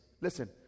listen